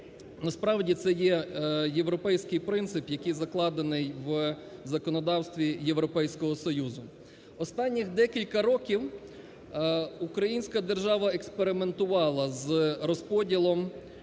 Насправді, це є європейський принцип, який закладений в законодавстві Європейського Союзу. Останніх декілька років українська держава експериментувала з розподілом